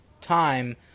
time